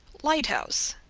lighthouse,